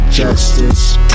Justice